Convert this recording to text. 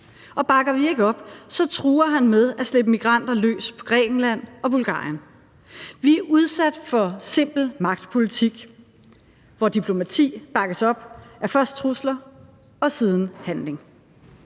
bakker vi ikke op, truer han med at slippe migranter løs på Grækenland og Bulgarien. Vi er udsat for simpel magtpolitik, hvor diplomati bakkes op af først trusler og siden handling.